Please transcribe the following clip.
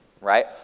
right